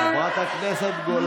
חברת הכנסת גולן,